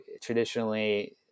traditionally